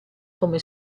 come